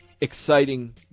exciting